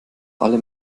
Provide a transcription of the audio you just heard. alle